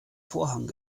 vorhang